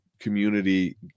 community